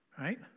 Right